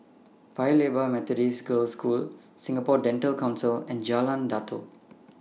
Paya Lebar Methodist Girls' School Singapore Dental Council and Jalan Datoh